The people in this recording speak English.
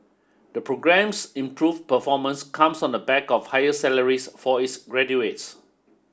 the programme's improved performance comes on the back of higher salaries for its graduates